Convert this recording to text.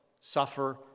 suffer